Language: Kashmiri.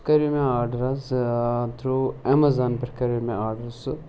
سُہ کَریو مےٚ آڈَر حظ تھرٛوٗ اٮ۪مٮ۪زان پؠٹھ کَریو مےٚ آڈَر سُہ